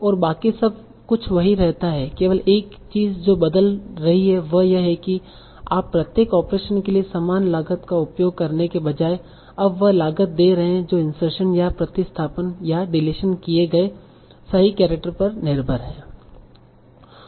और बाकी सब कुछ वही रहता है केवल एक चीज जो बदल रही है वह यह है कि आप प्रत्येक ऑपरेशन के लिए समान लागत का उपयोग करने के बजाय अब वह लागत दे रहे हैं जो इंसर्शन या प्रतिस्थापन या डिलीशन किये गए सही केरेक्टर पर निर्भर हैं